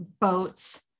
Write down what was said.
boats